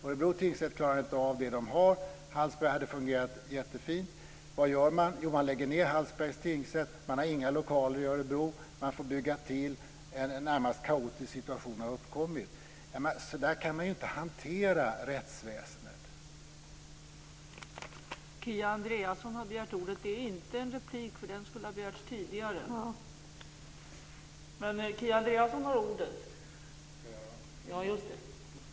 Örebro tingsrätt klarar inte av det som man har. Hallsberg hade fungerat jättefint. Vad gör man? Jo, man lägger ned Hallsbergs tingsrätt. Man har inga lokaler i Örebro, utan man får bygga till, och det har uppkommit en närmast kaotisk situation. Jag menar att man inte kan hantera rättsväsendet på det sättet.